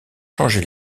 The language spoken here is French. changer